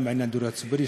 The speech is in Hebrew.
גם עניין הדיור הציבורי,